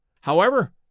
However